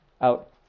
out